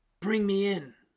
bring me in